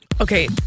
okay